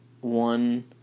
one